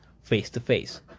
face-to-face